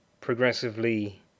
progressively